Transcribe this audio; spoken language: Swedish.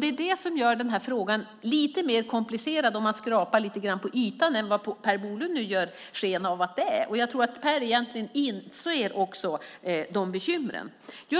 Det är det som gör frågan lite mer komplicerad, om man skrapar lite grann på ytan, än vad Per Bolund nu ger sken av att den är. Jag tror att Per egentligen inser de bekymren. Det